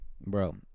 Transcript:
Bro